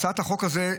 הצעת החוק הזאת,